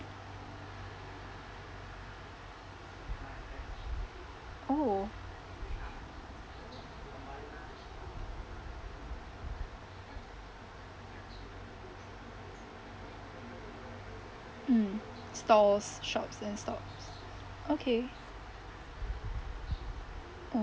oh mm stalls shops and stalls okay mm